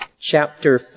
Chapter